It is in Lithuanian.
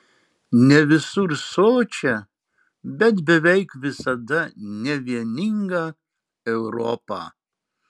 ne visur sočią bet beveik visada nevieningą europą